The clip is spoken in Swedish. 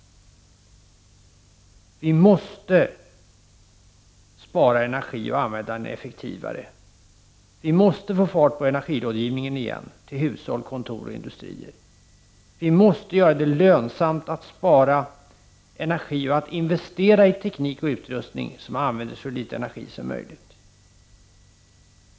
Vi måste spara energi och använda energin effektivare. Vi måste få fart på energirådgivningen igen till hushåll, kontor och industrier. Vi måste göra det lönsamt att spara energi och att investera i teknik och utrustning som använder så litet energi som möjligt.